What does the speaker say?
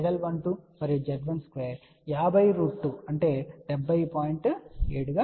7 Ω అని మాకు తెలుసు